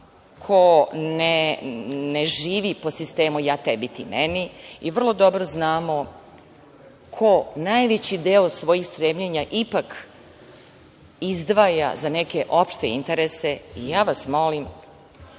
ko ne živi po sistemu ja tebi – ti meni i vrlo dobro znamo ko najveći deo svojih stremljenja ipak izdvaja za neke opšte interese. Ja vas molim,